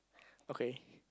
okay